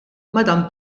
madam